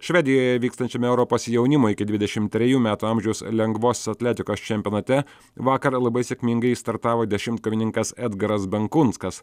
švedijoje vykstančiame europos jaunimo iki dvidešim trejų metų amžiaus lengvosios atletikos čempionate vakar labai sėkmingai startavo dešimtkovininkas edgaras benkunskas